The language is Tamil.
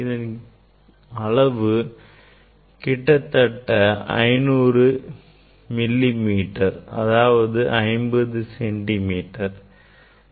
இதன் அளவு கிட்டத்தட்ட 500 மில்லி மீட்டர் அல்லது 50 சென்டிமீட்டர் இருக்கும்